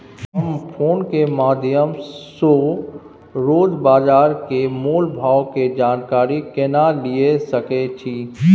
हम फोन के माध्यम सो रोज बाजार के मोल भाव के जानकारी केना लिए सके छी?